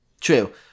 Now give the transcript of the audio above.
True